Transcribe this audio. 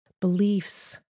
beliefs